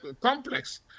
complex